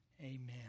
Amen